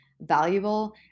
valuable